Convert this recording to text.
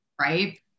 right